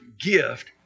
gift